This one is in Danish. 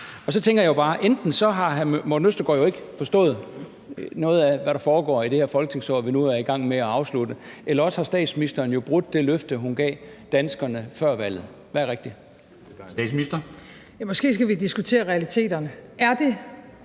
Så tænker jeg jo bare: Enten har hr. Morten Østergaard jo ikke forstået noget af, hvad der foregår i det her folketingsår, vi nu er i gang med at afslutte, eller også har statsministeren jo brudt det løfte, hun gav danskerne før valget. Hvad er rigtigt? Kl. 23:02 Formanden (Henrik Dam Kristensen):